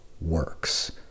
works